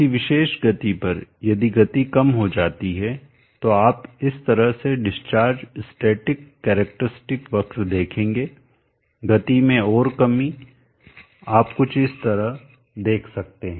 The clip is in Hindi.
किसी विशेष गति पर यदि गति कम हो जाती है तो आप इस तरह से डिस्चार्ज स्टैटिक कैरेक्टरिस्टिक वक्र देखेंगे गति में और कमी आप कुछ इस तरह देख सकते हैं